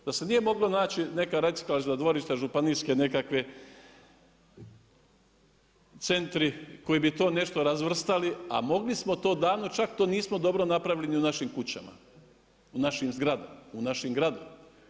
Da se nije moglo naći neka reciklažna dvorišta županijske nekakve centri koji bi to nešto razvrstali, a mogli smo to davno, čak to nismo dobro napravili ni u našim kućama, u našim zgradama u našim gradovima.